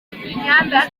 imihanda